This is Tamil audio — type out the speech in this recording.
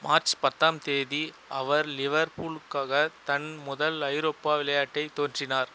மார்ச் பத்தாம் தேதி அவர் லிவர் பூலுக்காக தன் முதல் ஐரோப்பா விளையாட்டை தோன்றினார்